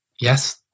Yes